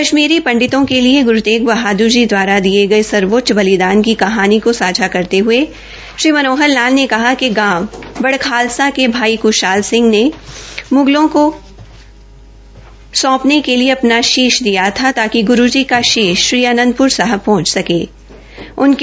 कश्मीरी पंडितों के लिए ग्रु तेग बहाद्र जी द्वारा किए गए सर्वोच्च बलिदान की कहानी को सांझा करते हए श्री मनोहर लाल ने कहा कि गांव बड़खालसा के भाई कुशाल सिंह ने मुगलों को सौपने के लिए अपना शीश दिया था ताकि ग्रू जी का शीश श्री आनंदप्र साहिब पहच सके